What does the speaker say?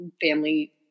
family